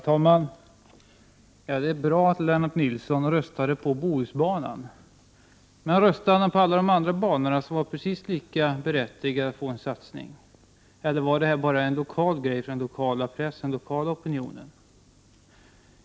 Herr talman! Det är bra att Lennart Nilsson röstade på Bohusbanan. Men röstade han också på alla de andra banorna som var precis lika berättigade att få en satsning? Eller var det här bara en lokal grej för den lokala pressen, för den lokala opinionen?